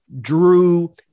drew